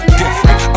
different